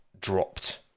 dropped